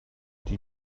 die